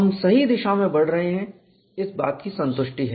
हम सही दिशा में बढ़ रहे हैं इस बात की संतुष्टि है